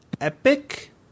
epic